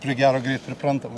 prie gero greit priprantama